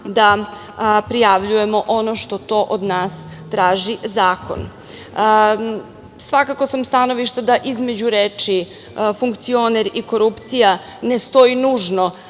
da prijavljujemo ono što to od nas traži zakon. Svakako sam stanovišta da između reči "funkcioner" i "korupcija" ne stoji nužno